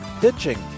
pitching